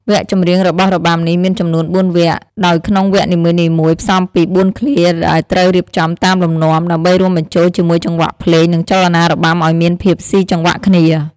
វគ្គចម្រៀងរបស់របាំនេះមានចំនួន ៤ វគ្គ ដោយក្នុងវគ្គនីមួយៗផ្សំពី ៤ ឃ្លា ដែលត្រូវបានរៀបចំតាមលំនាំ ដើម្បីរួមបញ្ចូលជាមួយចង្វាក់ភ្លេង និងចលនារបាំឲ្យមានភាពស៊ីចង្វាក់គ្នា។